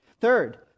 Third